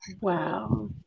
Wow